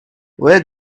where